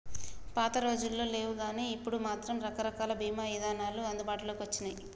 పాతరోజుల్లో లేవుగానీ ఇప్పుడు మాత్రం రకరకాల బీమా ఇదానాలు అందుబాటులోకి వచ్చినియ్యి